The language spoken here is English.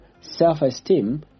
Self-esteem